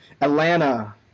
Atlanta